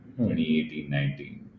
2018-19